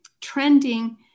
trending